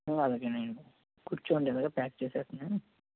అలాగేనండి కుర్చోండి ఇలాగ ప్యాక్ చేసేస్తున్నాను